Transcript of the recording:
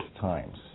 times